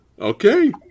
Okay